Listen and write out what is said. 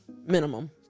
minimum